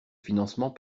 financement